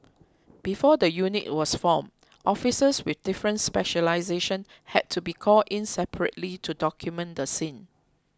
before the unit was formed officers with different specialisations had to be called in separately to document the scene